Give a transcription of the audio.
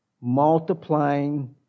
multiplying